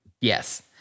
Yes